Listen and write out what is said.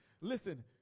Listen